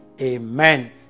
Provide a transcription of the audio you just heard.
Amen